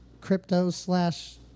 crypto-slash-